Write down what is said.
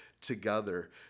together